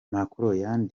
macron